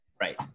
Right